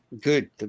Good